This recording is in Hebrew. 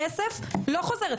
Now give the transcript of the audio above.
הכסף לא חוזר.